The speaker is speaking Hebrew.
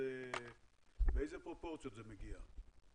באיזה פרופורציות זה מגיע?